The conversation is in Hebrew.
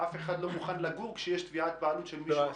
אף אחד לא מוכן לגור כשיש תביעת בעלות של מישהו אחר.